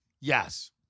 Yes